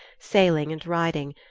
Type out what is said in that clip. sailing and riding,